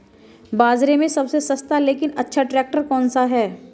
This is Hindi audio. बाज़ार में सबसे सस्ता लेकिन अच्छा ट्रैक्टर कौनसा है?